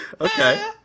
Okay